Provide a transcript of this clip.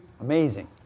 amazing